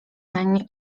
nań